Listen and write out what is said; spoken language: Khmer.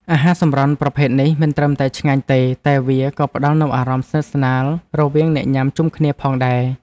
អាហារសម្រន់ប្រភេទនេះមិនត្រឹមតែឆ្ងាញ់ទេតែវាក៏ផ្តល់នូវអារម្មណ៍ស្និទ្ធស្នាលរវាងអ្នកញ៉ាំជុំគ្នាផងដែរ។